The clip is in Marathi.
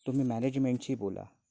तुम्ही मॅनेजमेंटशी बोला